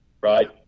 right